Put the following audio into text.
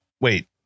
wait